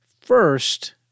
First